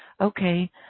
okay